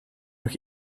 nog